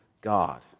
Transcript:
God